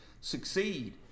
succeed